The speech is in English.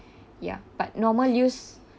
ya but normal use